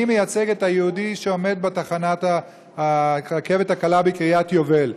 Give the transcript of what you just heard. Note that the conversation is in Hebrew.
אני מייצג את היהודי שעומד בתחנת הרכבת הקלה בקריית יובל.